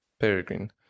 peregrine